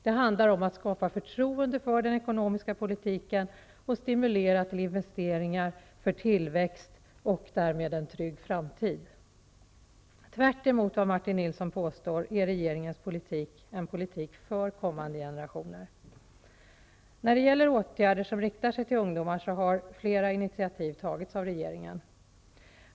Det handlar om att skapa förtroende för den ekonomiska politiken och stimulera till investeringar för tillväxt och därmed en trygg framtid. Tvärtemot vad Martin Nilsson påstår är regeringens politik en politik för kommande generationer. När det gäller åtgärder som riktar sig till ungdomar har flera initiativ tagits av regeringen.